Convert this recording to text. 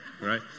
right